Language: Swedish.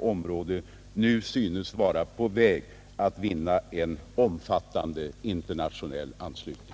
område nu synes vara på väg att vinna en omfattande internationell anslutning.